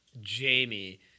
Jamie